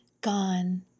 gone